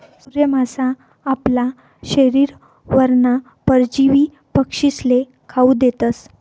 सूर्य मासा आपला शरीरवरना परजीवी पक्षीस्ले खावू देतस